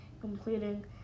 completing